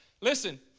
Listen